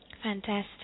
Fantastic